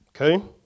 okay